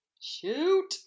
shoot